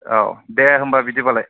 औ दे होनबा बिदि बालाय